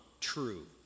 true